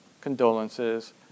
condolences